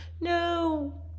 No